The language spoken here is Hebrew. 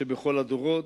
שבכל הדורות,